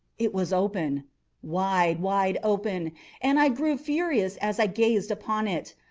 it was open wide, wide open and i grew furious as i gazed upon it.